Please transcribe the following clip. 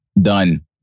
Done